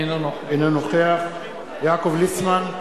אינו נוכח יעקב ליצמן,